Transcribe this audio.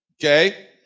Okay